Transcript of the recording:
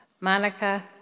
Monica